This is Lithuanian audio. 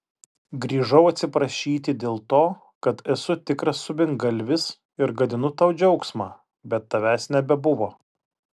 grįžau atsiprašyti dėl to kad esu tikras subingalvis ir gadinu tau džiaugsmą bet tavęs nebebuvo